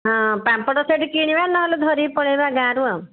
ହଁ ପାମ୍ପଡ଼ ସେଠି କିଣିବା ନହେଲେ ଧରିକି ପଳେଇବା ଗାଁରୁ ଆଉ